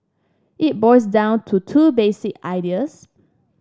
it boils down to two basic ideas